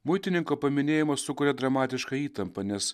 muitininko paminėjimas sukuria dramatišką įtampą nes